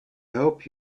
hope